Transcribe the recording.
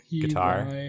Guitar